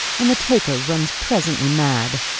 and the taker runs presently mad.